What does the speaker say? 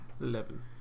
Eleven